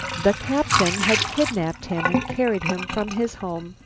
the captain had kidnaped him and carried him from his home.